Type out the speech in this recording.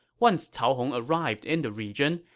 once cao hong arrived in the region,